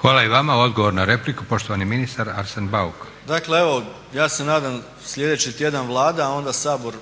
Hvala i vama. Odgovor na repliku poštovani ministar Arsen Bauk. **Bauk, Arsen (SDP)** Dakle evo ja se nadam sljedeći tjedan Vlada a onda Sabor